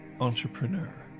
Entrepreneur